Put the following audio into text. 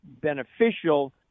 beneficial